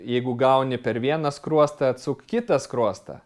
jeigu gauni per vieną skruostą atsuk kitą skruostą